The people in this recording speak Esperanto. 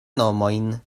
nomojn